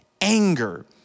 anger